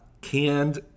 canned